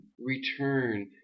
return